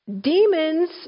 Demons